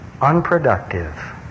unproductive